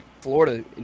Florida